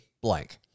blank